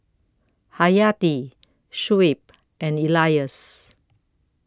Hayati Shuib and Elyas